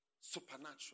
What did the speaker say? Supernatural